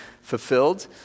fulfilled